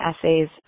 essays